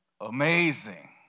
amazing